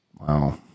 Wow